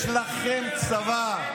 יש לכם צבא.